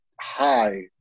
High